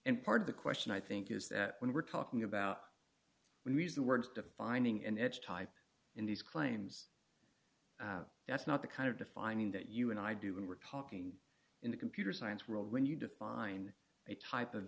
and part of the question i think is that when we're talking about the reason words defining an edge type in these claims that's not the kind of defining that you and i do when we're talking in a computer science world when you define a type of